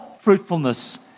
fruitfulness